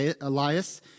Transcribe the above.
Elias